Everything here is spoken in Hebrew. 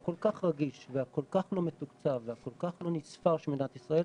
הכול כך רגיש והכול כך לא מתוקצב והכול כך לא נספר של מדינת ישראל,